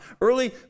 Early